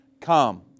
come